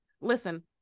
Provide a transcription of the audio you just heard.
listen